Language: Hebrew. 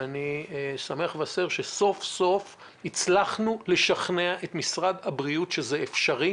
ואני שמח לבשר שסוף סוף הצלחנו לשכנע את משרד הבריאות שזה אפשרי,